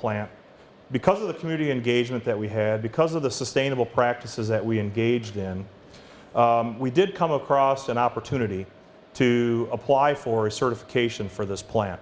plan because of the committee and gauge that we had because of the sustainable practices that we engaged in we did come across an opportunity to apply for a certification for this plant